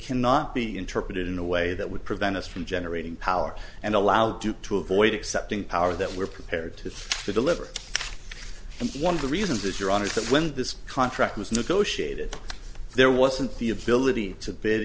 cannot be interpreted in a way that would prevent us from generating power and allowed you to avoid accepting power that we're prepared to deliver and one of the reasons that you're on is that when this contract was negotiated there wasn't the ability to b